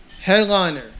Headliner